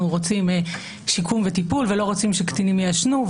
רוצים שיקום וטיפול ולא רוצים שהקטינים לא יעשנו,